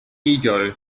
ego